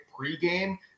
pregame